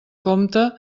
compte